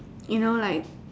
you know like